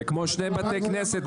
זה כמו שני בתי כנסת.